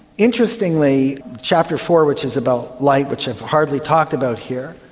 interestingly chapter four, which is about light, which i've hardly talked about here,